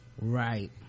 Right